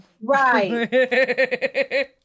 Right